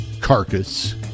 carcass